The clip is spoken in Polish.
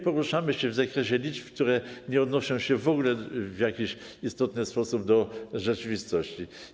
Poruszamy się w zakresie liczb, które nie odnoszą się w jakiś istotny sposób do rzeczywistości.